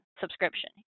subscription